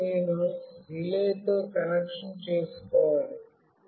ఇప్పుడు చివరకు నేను రిలేతో కనెక్షన్ చేసుకోవాలి